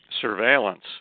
surveillance